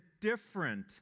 different